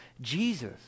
Jesus